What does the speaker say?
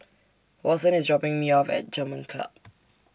Watson IS dropping Me off At German Club